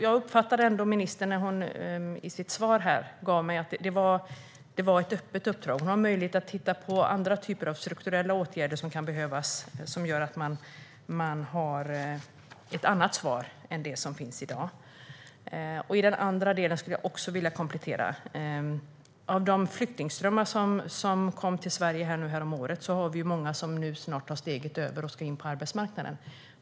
Jag uppfattar ändå ministerns svar som att det är ett öppet uppdrag med möjlighet att titta på andra typer av strukturella åtgärder som kan behövas och som gör att man får ett annat svar än det som finns i dag. Jag skulle också vilja ha ytterligare en komplettering. I de flyktingströmmar som kom till Sverige häromåret har vi många som nu snart tar steget över och ska in på arbetsmarknaden.